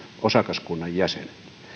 osakaskunnan jäsenet